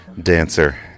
dancer